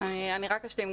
אני רק אשלים.